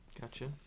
Gotcha